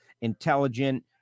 intelligent